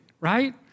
right